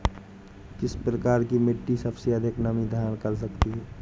किस प्रकार की मिट्टी सबसे अधिक नमी धारण कर सकती है?